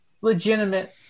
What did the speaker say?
legitimate